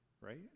right